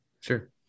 Sure